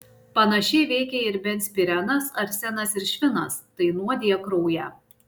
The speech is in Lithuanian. panašiai veikia ir benzpirenas arsenas ir švinas tai nuodija kraują